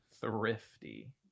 thrifty